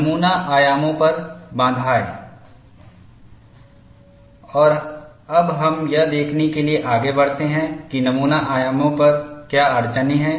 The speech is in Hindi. नमूना आयामों पर बाधाएं और अब हम यह देखने के लिए आगे बढ़ते हैं कि नमूना आयामों पर क्या अड़चनें हैं